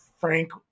Frank